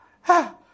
ha